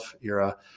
era